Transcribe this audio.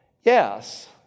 Yes